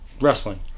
wrestling